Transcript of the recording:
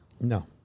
No